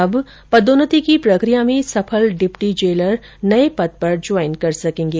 अब पदोन्नति की प्रक्रिया में सफल डिप्टी जेलर नए पद पर ज्वाइन कर सकेंगे